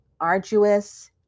arduous